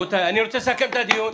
אני רוצה לסכם את הדיון.